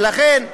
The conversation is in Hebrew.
לכן,